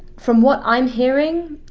from what i'm hearing,